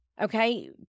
Okay